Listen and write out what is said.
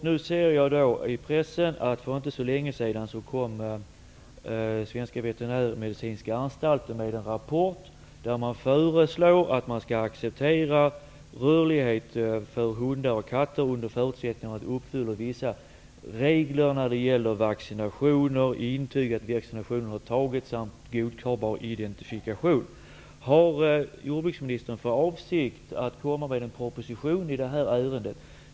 Nu ser jag i pressen att Svenska veterinärmedicinska anstalten för inte så länge sedan kom med en rapport där man föreslår att fri rörlighet för hundar och katter skall accepteras under förutsättningen att vissa regler när det gäller vaccinationer, intyg att vaccinationerna har gjorts samt godtagbar identifikation följs. Har jordbruksministern för avsikt att komma med en proposition i detta ärende?